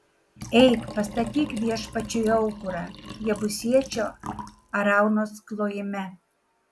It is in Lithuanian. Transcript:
eik pastatyk viešpačiui aukurą jebusiečio araunos klojime